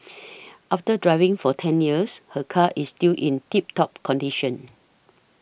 after driving for ten years her car is still in tip top condition